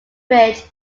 ridge